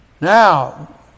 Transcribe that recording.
Now